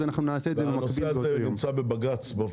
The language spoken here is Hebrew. אז אנחנו נעשה את זה